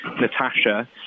Natasha